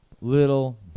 little